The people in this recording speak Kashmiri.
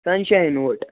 سَن شایِن اوٹ